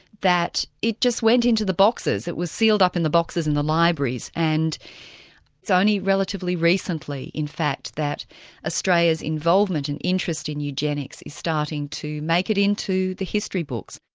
that it just went into the boxes it was sealed up in the boxes in the libraries, and it's only relatively recently in fact that australia's involvement and interest in eugenics is starting to make it into the history books.